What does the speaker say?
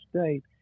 State